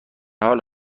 حال